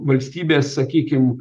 ir valstybės sakykim